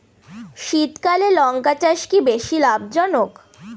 শীতকালে লঙ্কা চাষ কি বেশী লাভজনক?